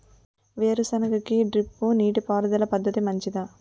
వేరుసెనగ కి డ్రిప్ నీటిపారుదల పద్ధతి మంచిదా?